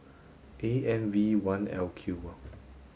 A M V one L Q